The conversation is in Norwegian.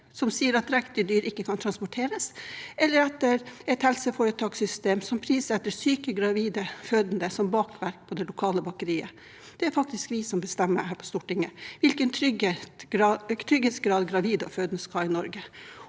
som sier at drektige dyr ikke kan transporteres, eller etter et helseforetakssystem som prissetter syke, gravide og fødende som bakverk på det lokale bakeriet? Det er faktisk vi her på Stortinget som bestemmer hvilken trygghetsgrad gravide og fødende skal ha i Norge,